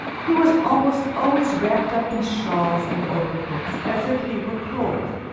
he was almost always wrapped up in shawls and overcoats, as if he were cold.